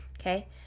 Okay